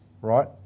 right